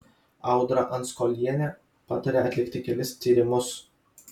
audra anskolienė patarė atlikti kelis tyrimus